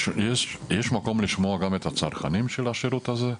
יש מקום לשמוע גם את הצרכנים של השירות הזה?